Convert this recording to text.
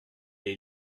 est